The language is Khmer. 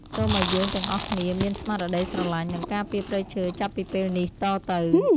សូមឱ្យយើងទាំងអស់គ្នាមានស្មារតីស្រឡាញ់និងការពារព្រៃឈើចាប់ពីពេលនេះតទៅ។សូមឱ្យយើងទាំងអស់គ្នាមានស្មារតីស្រឡាញ់និងការពារព្រៃឈើចាប់ពីពេលនេះតទៅ។